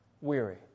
weary